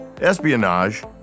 espionage